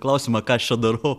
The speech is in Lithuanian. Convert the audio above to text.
klausimą ką aš čia darau